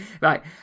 Right